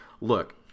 look